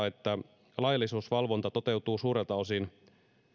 että laillisuusvalvonta toteutuu suurelta osin